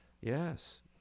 Yes